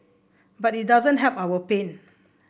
but it doesn't help our pain